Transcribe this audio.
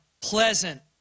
pleasant